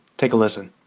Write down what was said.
take a listen